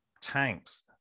tanks